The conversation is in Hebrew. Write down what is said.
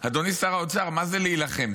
אדוני שר האוצר, מה זה להילחם?